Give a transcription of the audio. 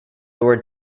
lord